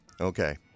Okay